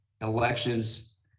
elections